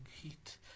heat